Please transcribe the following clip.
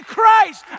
Christ